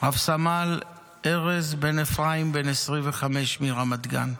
רב-סמל ארז בן אפרים, בן 25, מרמת גן,